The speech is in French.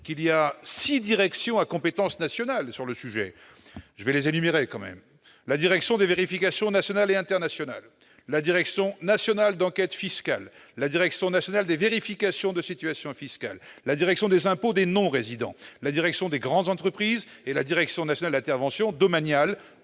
qu'il y six directions à compétence nationale sur le sujet : la direction des vérifications nationales et internationales, la direction nationale d'enquêtes fiscales, la direction nationale de vérification de situations fiscales, la direction des impôts des non-résidents, la direction des grandes entreprises et la direction nationale d'interventions domaniales.